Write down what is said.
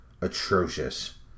atrocious